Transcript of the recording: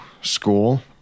school